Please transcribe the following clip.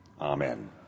Amen